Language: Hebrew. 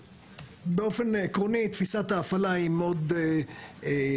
באופן עקרוני, תפיסת ההפעלה היא מאוד סכמתית.